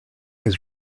his